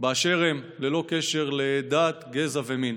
באשר הם, ללא קשר לדת, גזע ומין.